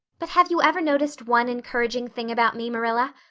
but have you ever noticed one encouraging thing about me, marilla?